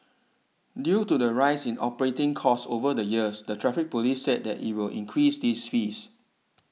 due to the rise in operating costs over the years the Traffic Police said that it will increase these fees